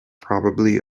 probably